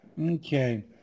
Okay